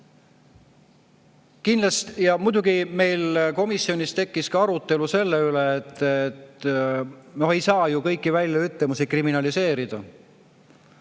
on veel. Meil komisjonis tekkis arutelu selle üle, et ei saa ju kõiki väljaütlemisi kriminaliseerida.